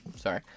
Sorry